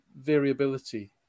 variability